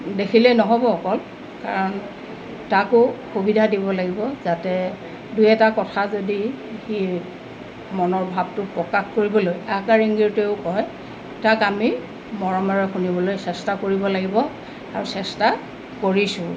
দেখিলেই নহ'ব অকল কাৰণ তাকো সুবিধা দিব লাগিব যাতে দুই এটা কথা যদি সি মনৰ ভাৱটো প্ৰকাশ কৰিবলৈ আকাৰ ইংগিতেও কয় তাক আমি মৰমৰে শুনিবলৈ চেষ্টা কৰিব লাগিব আৰু চেষ্টা কৰিছোঁও